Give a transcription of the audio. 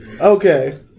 Okay